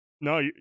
No